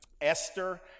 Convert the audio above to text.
Esther